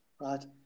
right